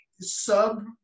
sub